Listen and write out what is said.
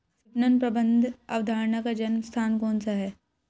विपणन प्रबंध अवधारणा का जन्म स्थान कौन सा है?